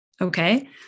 okay